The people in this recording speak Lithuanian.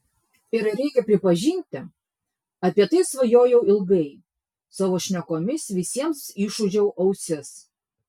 ir reikia pripažinti apie tai svajojau ilgai savo šnekomis visiems išūžiau ausis